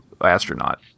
Astronaut